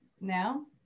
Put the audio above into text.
now